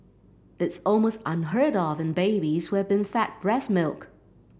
it's almost unheard of in babies who have been fed breast milk